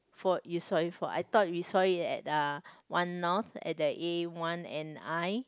for you saw it for I thought we saw it at uh One North at the A one and I